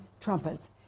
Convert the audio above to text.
Trumpets